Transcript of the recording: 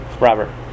Robert